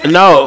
no